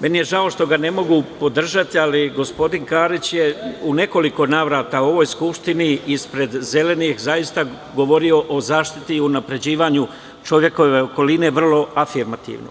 Žao mi je što ga ne mogu podržati, ali gospodin Karić je u nekoliko navrata u ovoj skupštini, ispred Zelenih, zaista govorio o zaštiti i unapređivanju čovekove okoline vrlo afirmativno